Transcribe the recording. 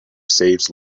saves